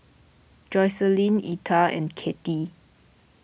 Jocelyne Etta and Kittie